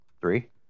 Three